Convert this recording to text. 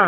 ആ